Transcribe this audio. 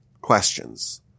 questions